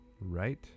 right